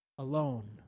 alone